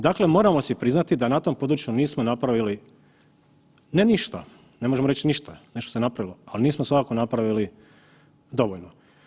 Dakle, moramo si priznati da na tom području nismo napravili ne ništa, ne možemo reć ništa, nešto se napravilo, ali nismo svakako napravili dovoljno.